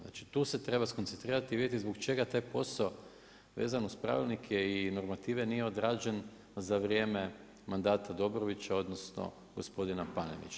Znači tu se treba skoncentrirati i vidjeti zbog čega taj posao vezan uz pravilnike i normative nije odrađen za vrijeme mandata Dobrovića, odnosno gospodina Panenića.